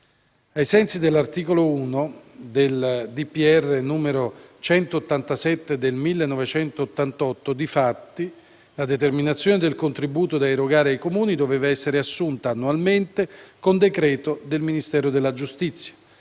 Presidente della Repubblica n. 187 del 1998, difatti, la determinazione del contributo da erogare ai Comuni doveva essere assunta, annualmente, con decreto del Ministro della giustizia,